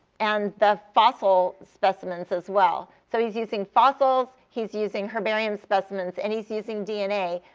and the fossil specimens as well. so he's using fossils, he's using herbarium specimens, and he's using dna,